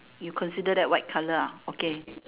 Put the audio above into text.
you consider that white color ah okay